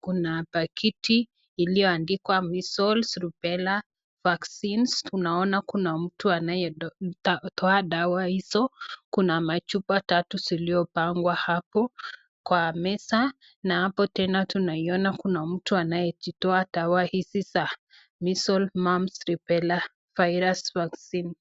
kuna pakiti iliyo andikwa measles rubella vaccines. Tunaona kuna mtu anaye toa dawa hizo, kuna machupa tatu ziliyopangua hapo, kwa meza, na hapo tena tunaiona kuna mtu anayejitoa dawa hizi za measles mumps rubella virus vaccine.